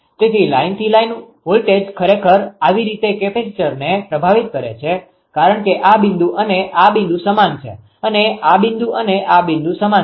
તેથી લાઇનથી line voltage ખરેખર આવી રીતે કેપેસિટરને પ્રભાવિત કરે છે કારણ કે આ બિંદુ અને આ બિંદુ સમાન છે અને આ બિંદુ અને આ બિંદુ સમાન છે